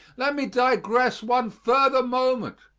let me digress one further moment.